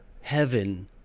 heaven